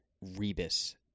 Rebus